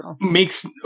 makes